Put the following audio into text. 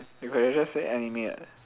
you can just say anime what